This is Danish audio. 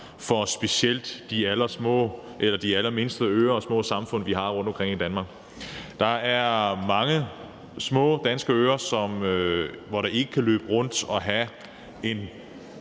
for specielt de allermindste øer og små samfund, vi har rundtomkring i Danmark. Der er mange små danske øer, hvor det ikke kan løbe rundt at have en